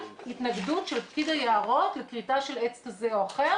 התנגדות של פקיד היערות לכריתה של עץ כזה או אחר